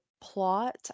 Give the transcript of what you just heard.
plot